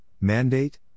mandate